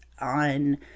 on